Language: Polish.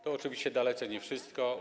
To oczywiście dalece nie wszystko.